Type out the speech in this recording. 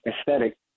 aesthetic